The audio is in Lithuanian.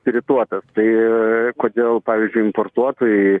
spirituotas tai kodėl pavyzdžiui importuotojai